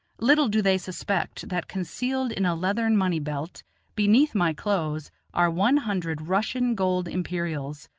little do they suspect that concealed in a leathern money-belt beneath my clothes are one hundred russian gold imperials,